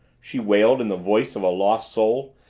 she wailed in the voice of a lost soul,